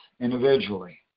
individually